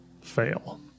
fail